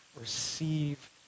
receive